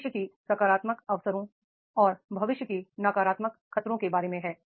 भविष्य की सकारात्मकता अवसरों और भविष्य की नकारात्मकता खतरों के बारे में है